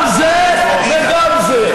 גם זה וגם זה.